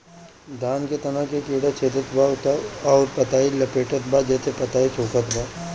धान के तना के कीड़ा छेदत बा अउर पतई लपेटतबा जेसे पतई सूखत बा?